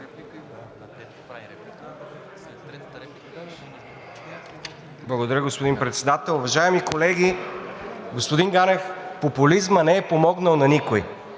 Благодаря, господин Председател. Уважаеми колеги! Господин Ганев, популизмът не е помогнал на никого.